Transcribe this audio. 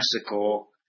classical